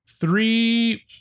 Three